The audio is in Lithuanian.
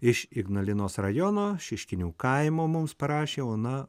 iš ignalinos rajono šiškinių kaimo mums parašė ona